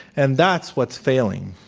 and that's what's failing.